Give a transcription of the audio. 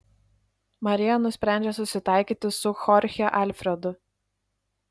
marija nusprendžia susitaikyti su chorche alfredu